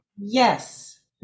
Yes